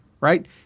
right